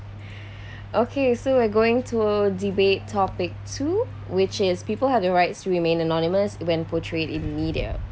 okay so we're going to debate topic two which is people had the rights to remain anonymous when portrayed in media